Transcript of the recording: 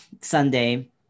Sunday